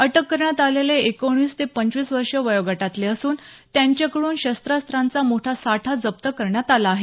अटक करण्यात आलेले एकोणीस ते पंचवीस वर्षे वयोगटातले असून त्यांच्याकड्रन शस्त्रास्त्रांचा मोठा साठा जप्त करण्यात आला आहे